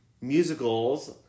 musicals